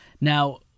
Now